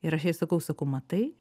ir aš jai sakau sakau matai